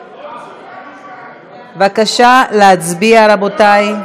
בבקשה להצביע, רבותי.